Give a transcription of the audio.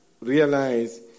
realize